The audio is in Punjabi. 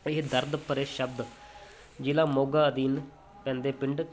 ਇਹ ਦਰਦ ਭਰੇ ਸ਼ਬਦ ਜ਼ਿਲ੍ਹਾ ਮੋਗਾ ਅਧੀਨ ਪੈਂਦੇ ਪਿੰਡ